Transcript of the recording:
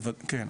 כן.